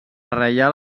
reial